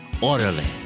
orderly